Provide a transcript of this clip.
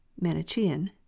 manichean